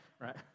Right